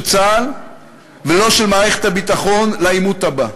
צה"ל ולא של מערכת הביטחון לעימות הבא.